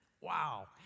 Wow